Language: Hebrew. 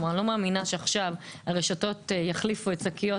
לא מאמינה שהרשתות עכשיו יחליפו את שקיות